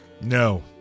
No